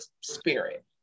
spirit